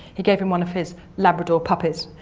he gave him one of his labrador puppies.